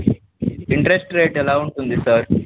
interest rate ఎలా ఉంటుంది sir